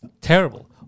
terrible